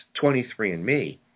23andMe